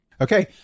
Okay